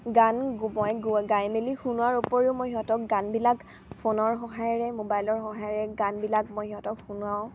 গান মই গাই মেলি শুনোৱাৰ উপৰিও মই সিহঁতক গানবিলাক ফোনৰ সহায়েৰে মোবাইলৰ সহায়েৰে গানবিলাক মই সিহঁতক শুনাওঁ